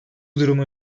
durumun